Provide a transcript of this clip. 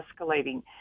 escalating